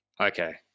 Okay